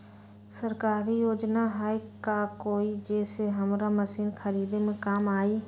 सरकारी योजना हई का कोइ जे से हमरा मशीन खरीदे में काम आई?